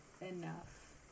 enough